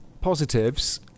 Positives